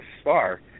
star